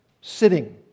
sitting